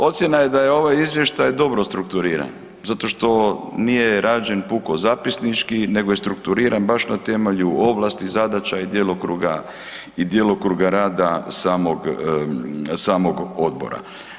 Ocjena je da je ovaj izvještaj dobro strukturiran zato što nije rađen puko zapisnički nego je strukturiran baš na temelju ovlasti, zadaća i djelokruga rada samog odbora.